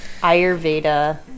Ayurveda